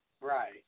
Right